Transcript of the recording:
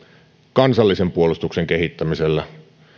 kansallisen puolustuksen kehittämisellä